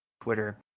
Twitter